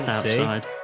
outside